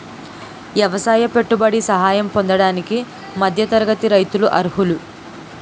ఎవసాయ పెట్టుబడి సహాయం పొందడానికి మధ్య తరగతి రైతులు అర్హులు